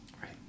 Right